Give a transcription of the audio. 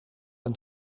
een